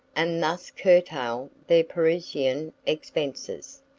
and thus curtail their parisian expenses.